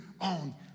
on